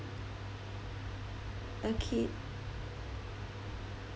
okay